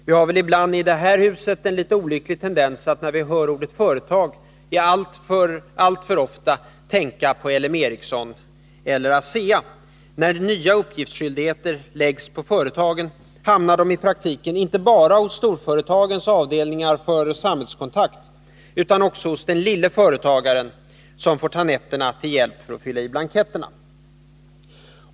Vi har väl i det här huset en litet olycklig tendens att när vi hör ordet företag alltför ofta tänka på L M Ericsson eller ASEA. När nya uppgiftsskyldigheter läggs på företagen hamnar de i praktiken inte bara hos storföretagens avdelningar för samhällskontakt utan också hos den lille företagaren, som får ta nätterna till hjälp för att fylla i blanketterna.